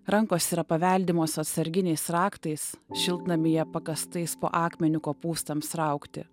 rankos yra paveldimos atsarginiais raktais šiltnamyje pakastais po akmeniu kopūstams raugti